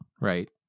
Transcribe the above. right